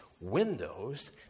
windows